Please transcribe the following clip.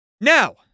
Now